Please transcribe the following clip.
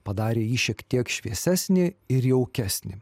padarė jį šiek tiek šviesesnį ir jaukesnį